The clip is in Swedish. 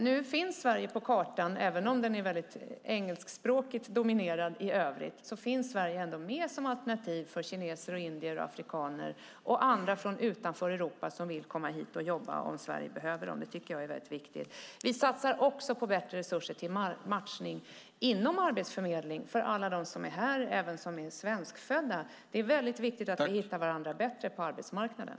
Nu finns Sverige på kartan. Även om den är mycket engelskspråkigt dominerad i övrigt finns Sverige ändå med som alternativ för kineser, indier, afrikaner och andra utanför Europa som vill komma hit och jobba om Sverige behöver dem. Det tycker jag är viktigt. Vi satsar också på bättre resurser för matchning inom Arbetsförmedlingen för alla som är här, även för dem som är svenskfödda. Det är mycket viktigt att vi hittar varandra bättre på arbetsmarknaden.